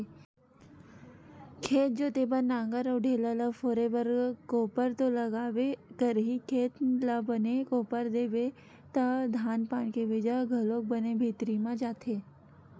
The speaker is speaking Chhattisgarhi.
खेत जोते बर नांगर अउ ढ़ेला ल फोरे बर कोपर तो लागबे करही, खेत ल बने कोपर देबे त धान पान के बीजा ह घलोक बने भीतरी म जाथे